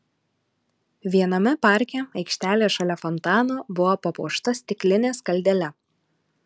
viename parke aikštelė šalia fontano buvo papuošta stikline skaldele